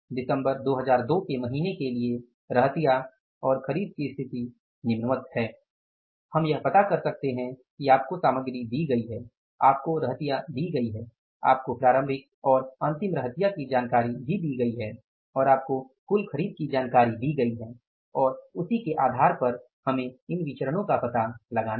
दिसंबर 2002 के महीने के लिए रहतिया और खरीद की स्थिति निम्नवत है हम यह पता कर सकते है कि आपको सामग्री दी गई है आपको रहतिया दी गई है आपको प्रारंभिक और अंतिम रहतिया की जानकारी दी गई हैं और आपको कुल खरीद की जानकारी दी गई है और उसी के आधार पर हमें इन विचरणो का पता लगाना है